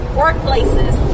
workplaces